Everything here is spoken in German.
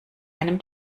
einem